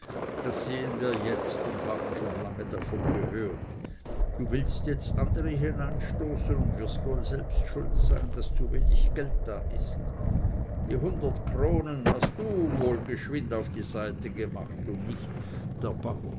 das sehen wir jetzt und haben schon lange davon gehört du willst jetzt andere hineinstoßen und wirst wohl selbst schuld sein daß zu wenig geld da ist die hundert kronen hast wohl du geschwind auf die seite gemacht und nicht der